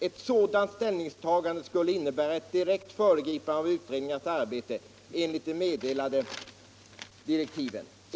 Ett sådant ställningstagande skulle innebära ett direkt föregripande av utredningarnas arbete enligt de meddelade direktiven.